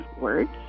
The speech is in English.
words